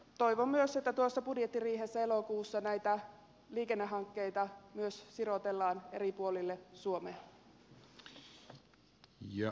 toivon myös että tuossa budjettiriihessä elokuussa näitä liikennehankkeita myös sirotellaan eri puolille suomea